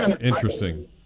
interesting